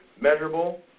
Measurable